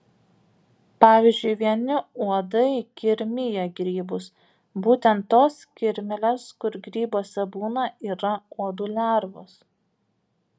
pavyzdžiui vieni uodai kirmija grybus būtent tos kirmėlės kur grybuose būna yra uodų lervos